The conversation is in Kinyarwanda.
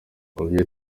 olivier